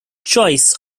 choice